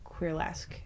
queerlesque